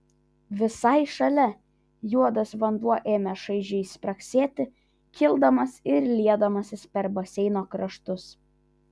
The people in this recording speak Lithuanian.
visai šalia juodas vanduo ėmė šaižiai spragsėti kildamas ir liedamasis per baseino kraštus